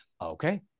okay